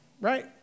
Right